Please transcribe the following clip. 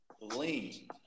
lean